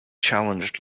challenged